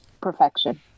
perfection